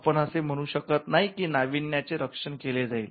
आपण असे म्हणू शकत नाही की नावीण्य चे संरक्षण केले जाईल